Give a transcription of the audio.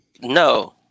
No